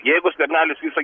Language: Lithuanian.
jeigu skvernelis visą